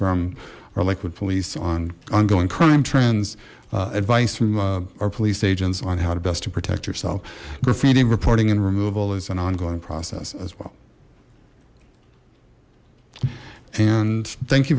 from our liquid police on ongoing crime trends advice from our police agents on how to best to protect yourself grafitti reporting and removal is an ongoing process as well and thank you